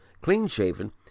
clean-shaven